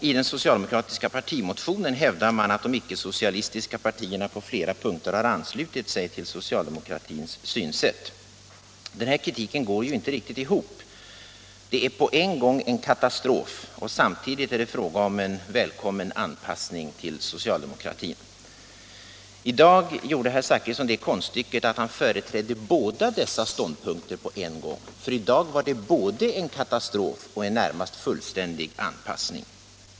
I den socialdemokratiska partimotionen hävdar man att de icke-socialistiska partierna på flera punkter har anslutit sig till socialdemokratins synsätt. Den här kritiken går inte riktigt ihop — reformen är på en gång en katastrof och en välkommen anpassning till socialdemokratin. I dag gjorde herr Zachrisson det konststycket att han företrädde båda dessa ståndpunkter på en gång. I dag var det både en katastrof och en närmast fullständig anpassning.